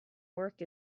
work